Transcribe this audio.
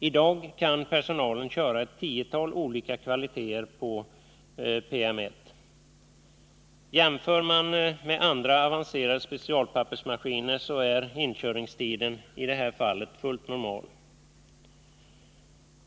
I dag kan personalen köra ett tiotal olika kvaliteter på PM 1. Jämför man med andra avancerade specialpappersmaskiner så är inkörningstiden i det här fallet fullt normal.